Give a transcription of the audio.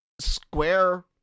Square